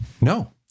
No